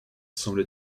semble